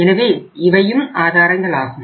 எனவே இவையும் ஆதாரங்களாகும்